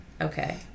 Okay